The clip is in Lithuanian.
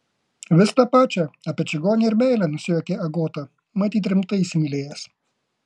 vis tą pačią apie čigonę ir meilę nusijuokė agota matyt rimtai įsimylėjęs